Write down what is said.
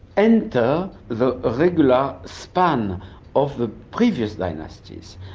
and the the ah regular span of the previous dynasties,